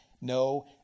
no